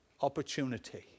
opportunity